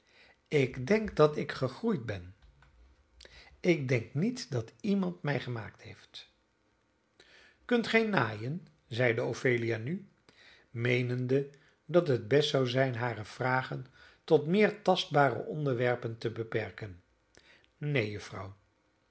ik denk dat ik gegroeid ben ik denk niet dat iemand mij gemaakt heeft kunt gij naaien zeide ophelia nu meenende dat het best zou zijn hare vragen tot meer tastbare onderwerpen te beperken neen juffrouw